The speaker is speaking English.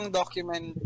document